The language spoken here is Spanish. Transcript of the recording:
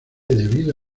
debido